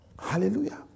Hallelujah